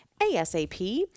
ASAP